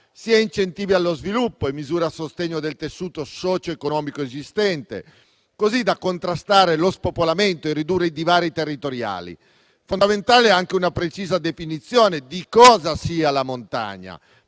sia incentivi allo sviluppo e misure a sostegno del tessuto socioeconomico esistente, così da contrastare lo spopolamento e ridurre i divari territoriali. Fondamentale è anche una precisa definizione di cosa sia la montagna,